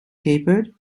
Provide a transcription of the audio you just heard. tapered